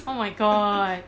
oh my god